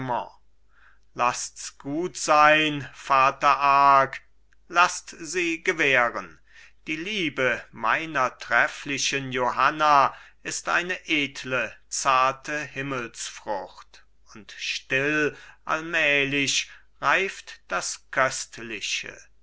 laßts gut sein vater arc laßt sie gewähren die liebe meiner trefflichen johanna ist eine edle zarte himmelsfrucht und still allmählich reift das köstliche